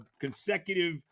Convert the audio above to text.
consecutive